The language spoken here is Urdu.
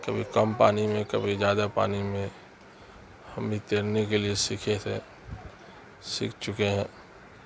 کبھی کم پانی میں کبھی زیادہ پانی میں ہم بھی تیرنے کے لیے سیکھے تھے سیکھ چکے ہیں